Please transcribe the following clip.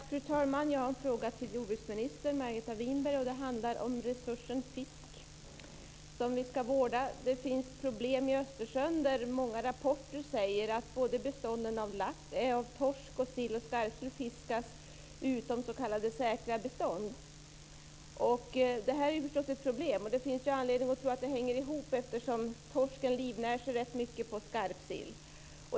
Fru talman! Jag har en fråga till jordbruksminister Margareta Winberg, och den handlar om resursen fisk, som vi ska vårda. Det finns problem i Östersjön, där många rapporter säger att bestånden av torsk, sill och skarpsill fiskas ut, de s.k. säkra bestånden. Det här är förstås ett problem, och det finns anledning att tro att det hänger ihop, eftersom torsken livnär sig rätt mycket på skarpsill.